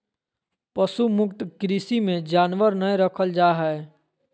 पशु मुक्त कृषि मे जानवर नय रखल जा हय